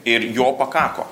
ir jo pakako